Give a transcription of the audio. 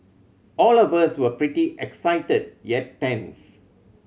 all of us were pretty excited yet tense